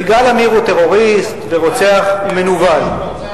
יגאל עמיר הוא טרוריסט, ורוצח, ומנוול.